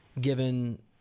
given